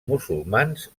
musulmans